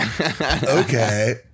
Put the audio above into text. Okay